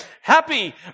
Happy